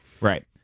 Right